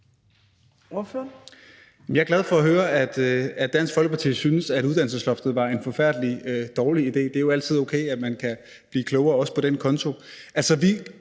Jeg er glad for at høre, at Dansk Folkeparti synes, at uddannelsesloftet var en forfærdelig dårlig idé. Det er jo altid okay, at man kan blive klogere på den konto